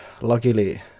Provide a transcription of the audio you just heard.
luckily